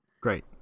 Great